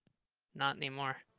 not anymore.